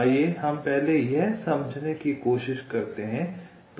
आइए हम पहले यह समझाने की कोशिश करते हैं